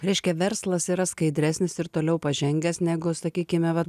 reiškia verslas yra skaidresnis ir toliau pažengęs negu sakykime vat